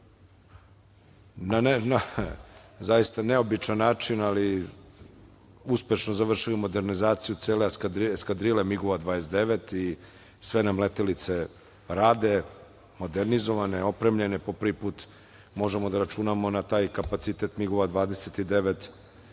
na zaista neobičan način ali uspešno završili modernizaciju cele eskadrile MIG-ova 29 i sve nam letelice rade, modernizovane, opremljene. Po prvi put možemo da računamo na taj kapacitet MIH-ova 29,